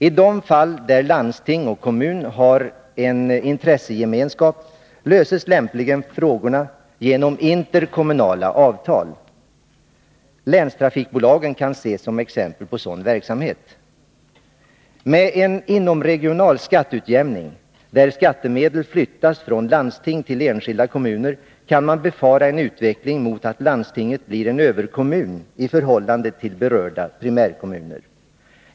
I de fall där landsting och kommun har en intressegemenskap löses lämpligen frågorna genom interkommunala avtal. Länstrafikbolagen kan ses som exempel på sådan verksamhet. Med en inomregional skatteutjämning, där skattemedel flyttas från Nr 28 landsting till enskilda kommuner, kan man befara en utveckling mot att landstinget blir en överkommun i förhållande till berörda primärkommuner.